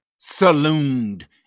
salooned